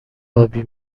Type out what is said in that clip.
آبی